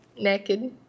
Naked